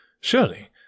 Surely